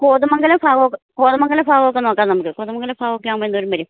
കോതമംഗലം ഭാഗം കോതമംഗലം ഭാഗമൊക്കെ നോക്കാം നമ്മൾക്ക് കോതമംഗലം ഭാഗമൊക്കെ ആവുമ്പോൾ എന്തോരം വരും